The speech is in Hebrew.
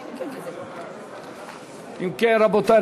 רבותי,